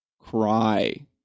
cry